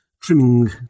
trimming